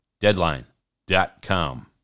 Deadline.com